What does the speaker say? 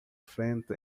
frente